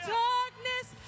darkness